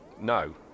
No